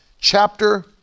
chapter